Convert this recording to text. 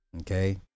Okay